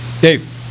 Dave